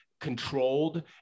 controlled